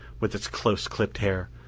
with its close-clipped hair,